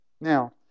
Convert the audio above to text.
Now